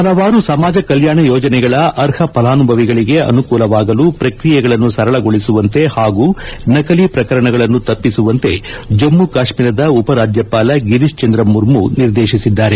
ಪಲವಾರು ಸಮಾಜ ಕಲ್ಲಾಣ ಯೋಜನೆಗಳ ಅರ್ಹ ಫಲಾನುಭವಿಗಳಿಗೆ ಅನುಕೂಲವಾಗಲು ಪ್ರಕ್ರಿಯೆಗಳನ್ನು ಸರಳಗೊಳಿಸುವಂತೆ ಹಾಗೂ ನಕಲಿ ಪ್ರಕರಣಗಳನ್ನು ತಪ್ಪಿಸುವಂತೆ ಜಮ್ತು ಕಾಶ್ತೀರದ ಉಪರಾಜ್ಯಪಾಲ ಗಿರೀತ್ ಚಂದ್ರ ಮುರ್ಮು ನಿರ್ದೇತಿಸಿದ್ದಾರೆ